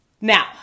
Now